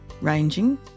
ranging